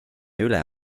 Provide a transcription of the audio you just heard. üle